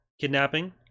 kidnapping